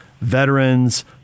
veterans